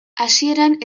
hasieran